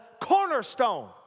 cornerstone